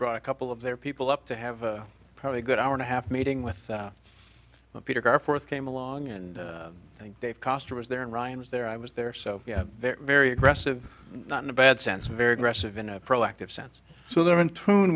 brought a couple of their people up to have probably a good hour and a half meeting without peter our fourth came along and i think dave koster was there and ryan was there i was there so yeah they're very aggressive not in a bad sense very aggressive in a proactive sense so they're in tune